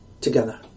together